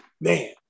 man